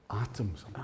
Atoms